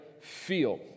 feel